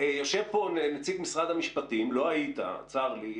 לא היית, צר לי.